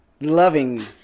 loving